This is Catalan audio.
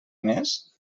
més